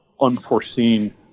unforeseen